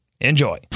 Enjoy